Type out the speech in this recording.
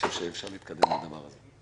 חושב שאפשר להתקדם עם הדבר הזה.